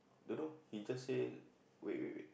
don't know he just say wait wait wait